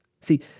See